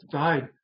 died